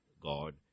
God